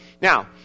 Now